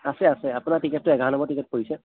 আছে আছে আপোনাৰ টিকেটটো এঘাৰ নম্বাৰ টিকেট পৰিছে